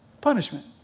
punishment